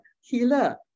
healer